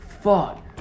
fuck